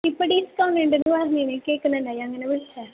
ഇപ്പോൾ ഡിസ്കൗണ്ട് ഉണ്ടെന്ന് പറഞ്ഞിനി കേൾക്കുന്നുണ്ടായി അങ്ങനെ വിളിച്ചതാണ്